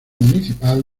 municipal